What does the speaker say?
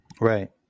right